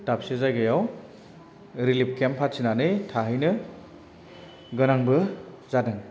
दाबसे जायगायाव relief camp फाथिनानै थाहैनो गोनांबो जादों